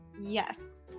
Yes